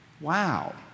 Wow